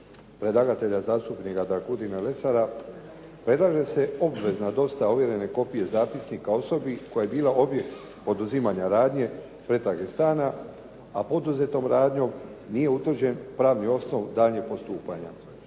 predlagatelja zastupnika Dragutina Lesara predlaže se obvezna dostava ovjerene kopije zapisnika osobi koja je bila objekt poduzimanja radnje pretrage stana, a poduzetom radnjom nije utvrđen pravni osnov daljnjeg postupanja.